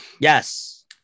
Yes